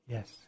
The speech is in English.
Yes